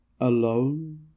Alone